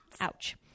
Ouch